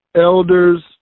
elders